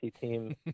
team